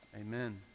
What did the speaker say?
amen